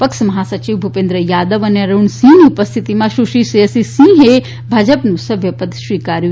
પક્ષ મહાસચિવ ભુપેન્દ્ર યાદવ અને અરૂણ સિંહની ઉપસ્થિતિમાં સુશ્રી શ્રેયસી સિંહે ભાજપનું સભ્યપદ ગ્રહણ કર્યું